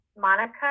Monica